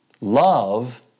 Love